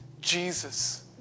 Jesus